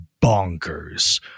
bonkers